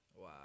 wow